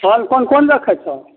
फल कोन कोन रखै छै